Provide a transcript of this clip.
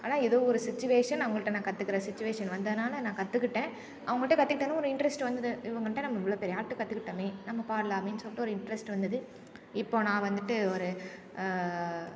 ஆனால் எதோ ஒரு சுச்சிவேஷன் நான் அவங்கள்கிட்ட நான் கற்றுக்குற சுச்சிவேஷன் வந்ததனால நான் கத்துக்கிட்டேன் அவங்கள்கிட்ட கற்றுக்கிட்டதும் ஒரு இன்ட்ரெஸ்ட் வந்துது இவங்கள்கிட்ட நம்ம இவ்வளோ பெரிய ஆள்கிட்ட கற்றுக்கிட்டமே நம்ம பாடலாமேன்னு சொல்லிட்டு ஒரு இன்ட்ரெஸ்ட் வந்தது இப்போ நான் வந்துட்டு ஒரு